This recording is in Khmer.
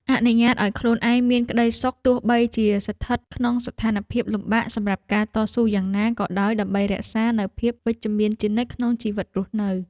អនុញ្ញាតឱ្យខ្លួនឯងមានក្ដីសុខទោះបីជាស្ថិតក្នុងស្ថានភាពលំបាកសម្រាប់ការតស៊ូយ៉ាងណាក៏ដោយដើម្បីរក្សានូវភាពវិជ្ជមានជានិច្ចក្នុងជីវិតរស់នៅ។